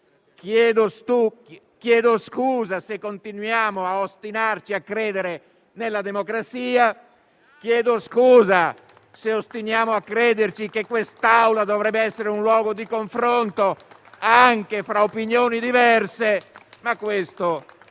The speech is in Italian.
chiedo scusa se continuiamo a ostinarci a credere nella democrazia; chiedo scusa se ci ostiniamo a credere che questa Assemblea dovrebbe essere un luogo di confronto anche fra opinioni diverse, ma questo è